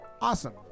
Awesome